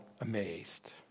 amazed